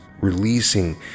releasing